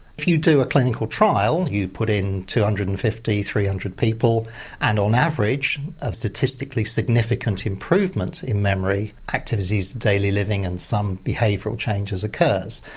if you do a clinical trial you put in two hundred and fifty, three hundred people and, on average, a statistically significant improvement in memory, activities, daily living and some behavioural changes occur.